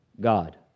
God